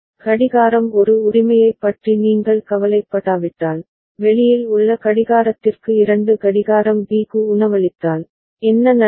கடிகாரம் ஒரு உரிமையைப் பற்றி நீங்கள் கவலைப்படாவிட்டால் வெளியில் உள்ள கடிகாரத்திற்கு இரண்டு கடிகாரம் B க்கு உணவளித்தால் என்ன நடக்கும்